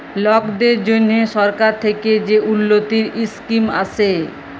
লকদের জ্যনহে সরকার থ্যাকে যে উল্ল্যতির ইসকিম আসে